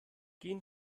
gehen